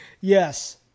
Yes